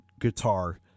guitar